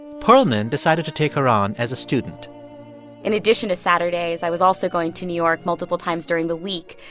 perlman decided to take her on as a student in addition to saturdays, i was also going to new york multiple times during the week,